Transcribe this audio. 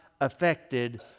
affected